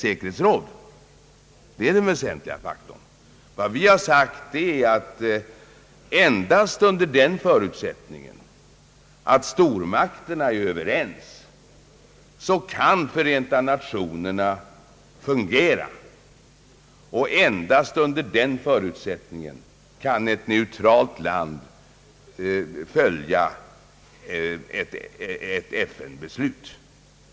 Vi har sagt att Förenta Nationerna kan fungera endast under den förutsättningen att stormakterna är överens, och endast under den förutsättningen kan ett neutralt land följa ett FN-beslut.